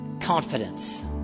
Confidence